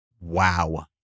Wow